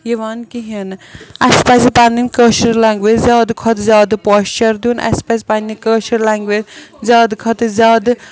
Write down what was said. یِوان کِہیٖنۍ نہٕ اَسہِ پَزِ پَنٕنۍ کٲشِر لَنٛگویج زیادٕ کھۄتہٕ زیادٕ پوسچَر دیُن اَسہِ پَزِ پَنٛنہِ کٲشِر لَنٛگویج زیادٕ کھۄتہٕ زیادٕ